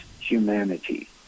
humanity